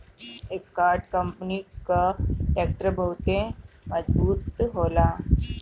Escort company कअ tractor बहुते मजबूत होला